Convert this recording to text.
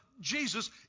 Jesus